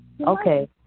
Okay